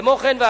כמו כן,